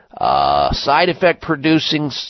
side-effect-producing